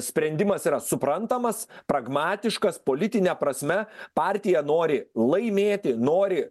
sprendimas yra suprantamas pragmatiškas politine prasme partija nori laimėti nori